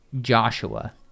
joshua